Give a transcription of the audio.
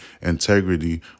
integrity